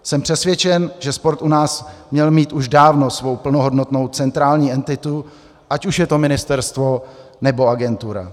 Jsem přesvědčen, že sport u nás měl mít už dávno svou plnohodnotnou centrální entitu, ať už je to ministerstvo, nebo agentura.